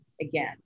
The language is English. again